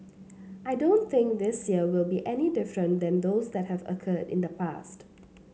I don't think this year will be any different than those that have occurred in the past